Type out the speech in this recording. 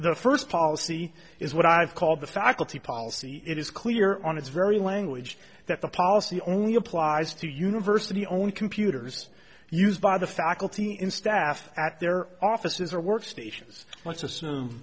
the first policy is what i've called the faculty policy it is clear on its very language that the policy only applies to university own computers used by the faculty in staff at their offices or workstations let's assume